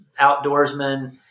outdoorsman